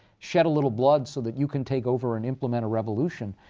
shed a little blood so that you can take over and implement a revolution,